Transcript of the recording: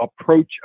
approach